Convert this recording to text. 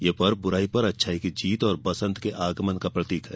यह पर्व बुराई पर अच्छाई की जीत और बसन्त के आगमन का प्रतीक है